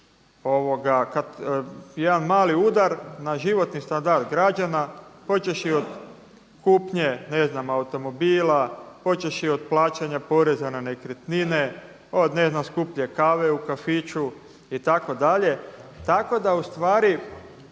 jedan mali udar na životni standard građana počevši od kupnje automobila, počevši od plaćanja poreza na nekretnine, od ne znam skuplje kave u kafiću itd. Tako da ustvari